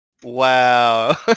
Wow